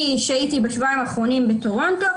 אני שהיתי בשבועיים האחרונים בטורונטו,